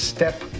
Step